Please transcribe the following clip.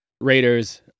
Raiders